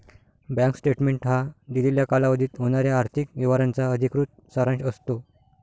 bank statement हा दिलेल्या कालावधीत होणाऱ्या आर्थिक व्यवहारांचा अधिकृत सारांश असतो